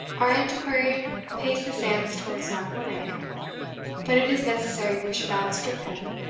our antiquary paced the sands towards knockwinnock but it is necessary we should outstrip him,